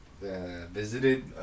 visited